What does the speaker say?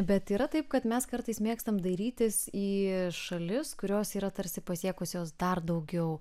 bet yra taip kad mes kartais mėgstam dairytis į šalis kurios yra tarsi pasiekusios dar daugiau